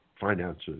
finances